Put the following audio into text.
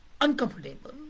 uncomfortable